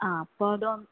അ അപ്പോൾ അത്